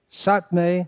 satme